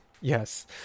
Yes